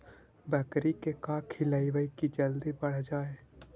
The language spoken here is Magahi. बकरी के का खिलैबै कि जल्दी बढ़ जाए?